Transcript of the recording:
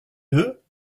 deux